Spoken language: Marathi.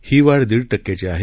ही वाढ दीड टक्क्याची आहे